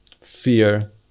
fear